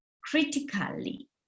critically